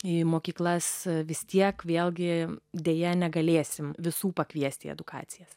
į mokyklas vis tiek vėlgi deja negalėsime visų pakviesti į edukacijas